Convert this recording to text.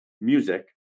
music